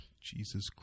Jesus